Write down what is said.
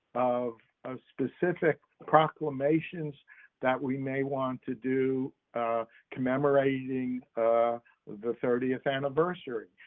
of of specific proclamations that we may want to do commemorating the thirtieth anniversary?